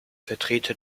vertreter